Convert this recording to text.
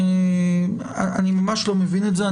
אני ממש לא מבין את זה.